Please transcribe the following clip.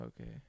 okay